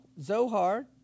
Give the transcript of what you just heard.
Zohar